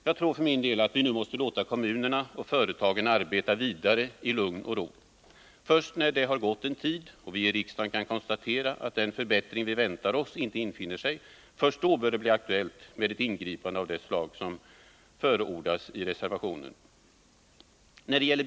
Jagtror att vi nu måste låta kommunerna och företagen arbeta vidare i lugn och ro. Först när det har gått en tid och vi i riksdagen kan konstatera att den förbättring vi väntar oss inte infinner sig, först då bör det bli aktuellt med ett ingripande av det slag som förordas i reservationen.